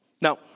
Now